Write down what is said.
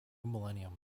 millennium